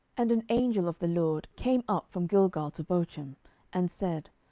and an angel of the lord came up from gilgal to bochim, and said,